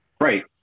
Right